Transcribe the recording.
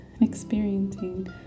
experiencing